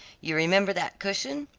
you remember that cushion?